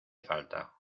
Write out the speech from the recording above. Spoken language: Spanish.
falta